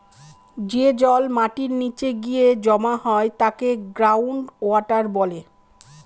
যে জল মাটির নীচে গিয়ে জমা হয় তাকে গ্রাউন্ড ওয়াটার বলে